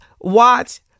watch